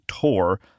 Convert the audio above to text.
tour